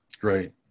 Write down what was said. Great